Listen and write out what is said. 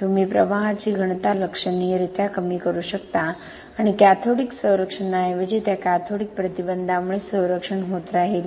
तुम्ही प्रवाहाची घनता लक्षणीयरीत्या कमी करू शकता आणि कॅथोडिक संरक्षणाऐवजी त्या कॅथोडिक प्रतिबंधामुळे संरक्षण होत राहील